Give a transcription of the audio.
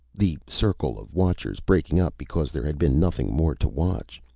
the circle of watchers breaking up because there had been nothing more to watch.